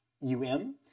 U-M